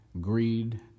greed